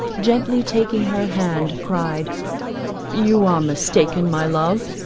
gently taking her hand, cried you are mistaken, my love.